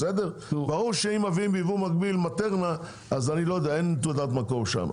כי ברור שכשמביאים בייבוא מקביל מטרנה אין תעודת מקור.